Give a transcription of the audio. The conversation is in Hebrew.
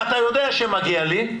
ואתה יודע שמגיע לי,